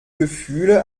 gefühle